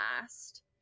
last